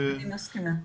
אני מסכימה.